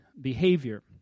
behavior